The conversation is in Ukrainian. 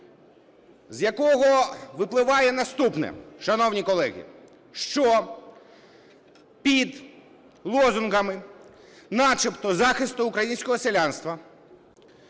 з якого випливає наступне, шановні колеги, що під лозунгами начебто захисту українського селянства